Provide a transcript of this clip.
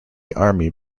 army